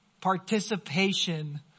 participation